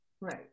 Right